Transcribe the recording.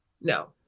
no